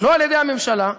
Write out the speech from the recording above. לא על-ידי הממשלה,